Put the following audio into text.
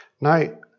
Now